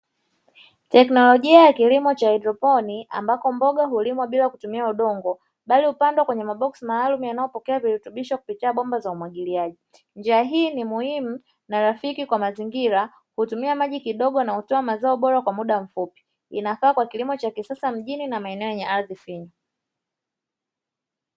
Teknolojia ya kilimo cha haidroponi ambapo mboga hulimwa bila kutumia udongo, bali hupandwa kweye maboksi maalumu yanayo pokea vitutubisho kupitia bomba za umwagiliaji. Njia hii ni muhimu na rafiki kwa mazingira hutumia maji kidogo na hutoa mazao bora kwa muda mfupi, inafaa kwa kilimo cha kisasa mjini na maeneo yenye ardhi finyu.